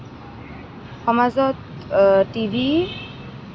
সমাজত টিভি